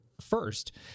first